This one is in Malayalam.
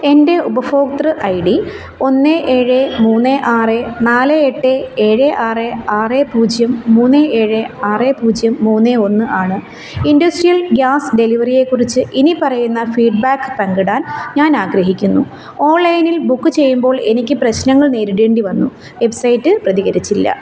എൻ്റെ ഉപഭോക്തൃ ഐ ഡി ഒന്ന് ഏഴ് മൂന്ന് ആറ് നാല് എട്ട് ഏഴ് ആറ് ആറ് പൂജ്യം മൂന്ന് ഏഴ് ആറ് പൂജ്യം മൂന്ന് ഒന്ന് ആണ് ഇൻഡസ്ട്രിയൽ ഗ്യാസ് ഡെലിവറിയെ കുറിച്ച് ഇനി പറയുന്ന ഫീഡ്ബാക്ക് പങ്കിടാൻ ഞാൻ ആഗ്രഹിക്കുന്നു ഓൺലൈനിൽ ബുക്ക് ചെയ്യുമ്പോൾ എനിക്ക് പ്രശ്നങ്ങൾ നേരിടേണ്ടി വന്നു വെബ്സൈറ്റ് പ്രതികരിച്ചില്ല